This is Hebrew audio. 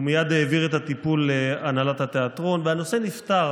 הוא מייד העביר את הטיפול להנהלת התיאטרון והנושא נפתר,